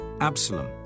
Absalom